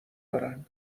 دارن